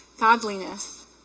godliness